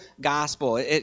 Gospel